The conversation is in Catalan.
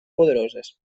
poderoses